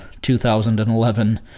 2011